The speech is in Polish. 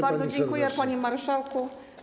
Bardzo dziękuję, panie marszałku.